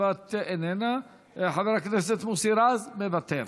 איננה, חבר הכנסת מוסי רז, מוותר.